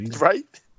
Right